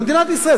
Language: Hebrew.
זה מדינת ישראל,